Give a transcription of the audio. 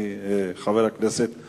נמסרה לפרוטוקול)